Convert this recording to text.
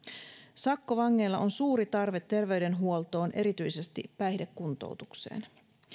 sakkovangeilla on suuri tarve terveydenhuoltoon erityisesti päihdekuntoutukseen